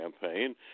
campaign